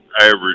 average